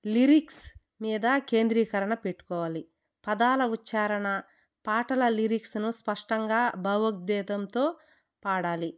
lyrics మీద కేంద్రీకరణ పెట్టుకోవాలి పదాల ఉచ్ఛారణ పాటల లిరిక్స్ను స్పష్టంగా భావోద్వేగంతో పాడాలి